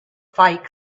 fight